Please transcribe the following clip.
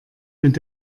mit